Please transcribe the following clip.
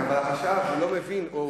אבל החשב לא מבין.